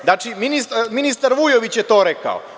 Znači, ministar Vujović je to rekao.